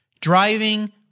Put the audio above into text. driving